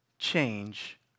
change